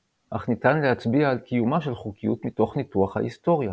אך ניתן להצביע על קיומה של חוקיות מתוך ניתוח ההיסטוריה.